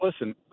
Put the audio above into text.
listen